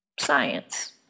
science